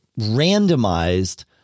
randomized